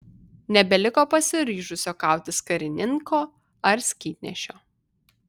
nebeliko pasiryžusio kautis karininko ar skydnešio